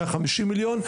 מאה חמישים מיליון,